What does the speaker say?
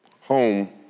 home